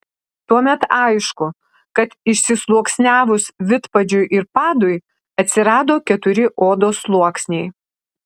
tuomet aišku kad išsisluoksniavus vidpadžiui ir padui atsirado keturi odos sluoksniai